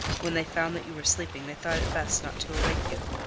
when they found that you were sleeping they thought it best not to awake you.